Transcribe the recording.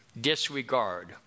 disregard